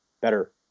better